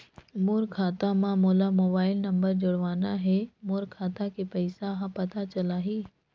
मोर खाता मां मोला मोबाइल नंबर जोड़वाना हे मोर खाता के पइसा ह पता चलाही?